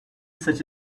such